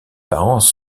parents